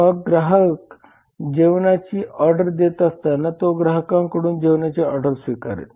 मग ग्राहक जेवणाची ऑर्डर देत असताना तो ग्राहकांकडून जेवणाची ऑर्डर स्वीकारेल